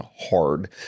hard